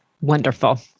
Wonderful